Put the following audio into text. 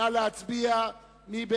קבוצת סיעת